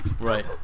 Right